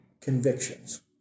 convictions